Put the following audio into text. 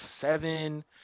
seven